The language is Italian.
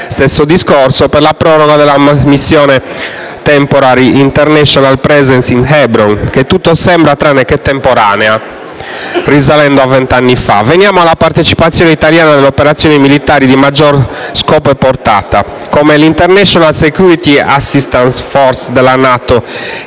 Stesso discorso vale per la proroga della missione Temporary International Presence in Hebron, che tutto sembra tranne che temporanea, risalendo a vent'anni fa. Veniamo alla partecipazione italiana alle operazioni militari di maggior scopo e portata, come l'International Security Assistance Force della NATO in